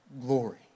glory